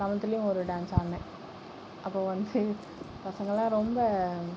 லெவெல்த்திலயும் ஒரு டான்ஸ் ஆடினேன் அப்போது வந்து பசங்களெலாம் ரொம்ப